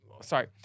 Sorry